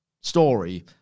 story